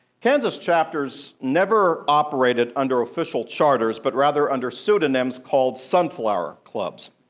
kansas chapters never operated under official charters, but rather under pseudonyms called sunflower clubs.